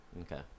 Okay